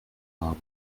rabe